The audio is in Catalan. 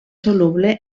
soluble